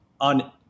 on